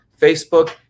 Facebook